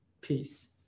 peace